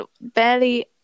Barely